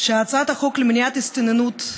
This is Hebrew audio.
שהצעת החוק למניעת הסתננות,